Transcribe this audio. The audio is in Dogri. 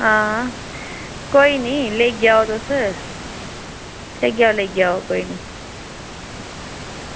आं कोई निं लेई जाओ तुस लेई जाओ लेई जाओ कोई निं